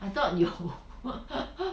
I thought 有